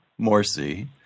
Morsi